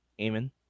Amen